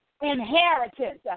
inheritance